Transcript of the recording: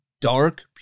dark